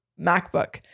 MacBook